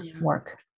work